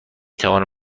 توانم